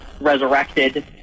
resurrected